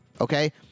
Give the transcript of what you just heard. okay